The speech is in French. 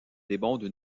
démontre